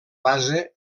base